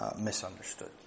misunderstood